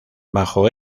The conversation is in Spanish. bajo